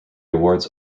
awards